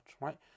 right